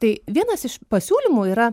tai vienas iš pasiūlymų yra